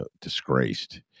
disgraced